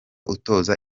utoza